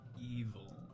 evil